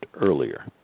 earlier